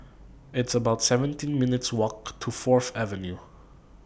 It's about seventeen minutes' Walk to Fourth Avenue